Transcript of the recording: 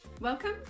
Welcome